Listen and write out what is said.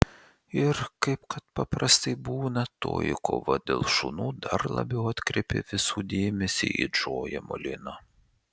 ir kaip kad paprastai būna toji kova dėl šunų dar labiau atkreipė visų dėmesį į džoją molino